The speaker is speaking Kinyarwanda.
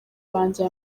banjye